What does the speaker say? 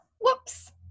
whoops